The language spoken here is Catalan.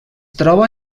troba